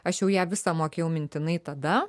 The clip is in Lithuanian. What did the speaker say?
aš jau ją visą mokėjau mintinai tada